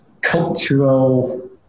cultural